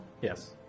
Yes